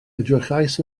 edrychais